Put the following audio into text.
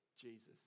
Jesus